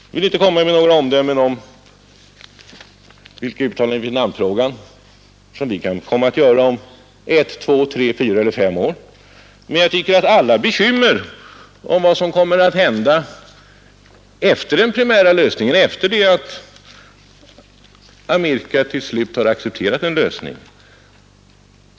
Jag vill här inte göra några förutsägelser om vilka uttalanden i Vietnamfrågan som vi kan komma att göra om ett, två, tre, fyra eller fem år eller vad som kan komma att hända efter en primär lösning, alltså efter det att Amerika till slut har accepterat en lösning.